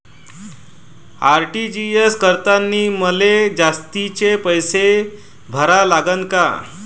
RTGS करतांनी मले जास्तीचे पैसे भरा लागन का?